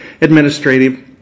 administrative